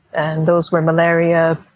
and those were malaria,